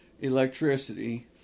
electricity